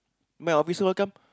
my officer how come